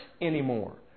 anymore